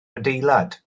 adeilad